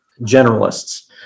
generalists